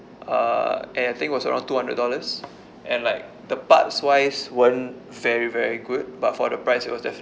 uh and I think it was around two hundred dollars and like the parts wise weren't very very good but for the price it was definitely